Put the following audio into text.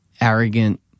arrogant